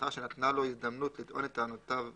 לאחר שנתנה לו הזדמנות לטעון את טענותיו לפניה,